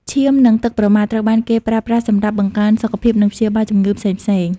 ឈាម និងទឹកប្រមាត់ត្រូវបានគេប្រើប្រាស់សម្រាប់បង្កើនសុខភាព និងព្យាបាលជំងឺផ្សេងៗ។